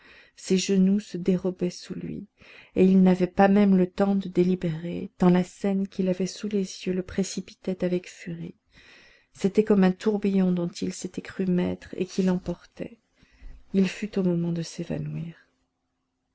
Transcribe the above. ses genoux se dérobaient sous lui et il n'avait pas même le temps de délibérer tant la scène qu'il avait sous les yeux se précipitait avec furie c'était comme un tourbillon dont il s'était cru maître et qui l'emportait il fut au moment de s'évanouir